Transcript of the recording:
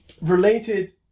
related